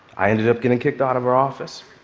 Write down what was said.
i ended up getting kicked out of her office.